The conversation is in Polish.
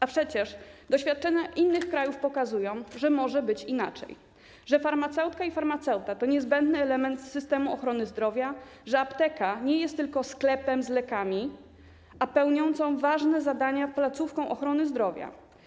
A przecież doświadczenia innych krajów pokazują, że może być inaczej, że farmaceutka i farmaceuta to niezbędny element systemu ochrony zdrowia, że apteka nie jest tylko sklepem z lekami, a pełniącą ważne zadania placówką ochrony zdrowia.